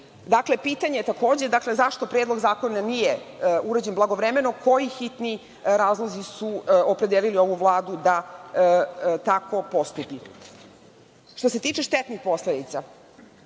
pitanje je – zašto Predlog zakona nije urađen blagovremeno? Koji sitni razlozi su opredelili ovu Vladu da tako postupi? Što se tiče štetnih posledica,